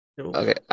okay